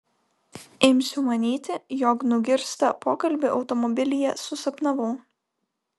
imsiu manyti jog nugirstą pokalbį automobilyje susapnavau